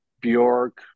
Bjork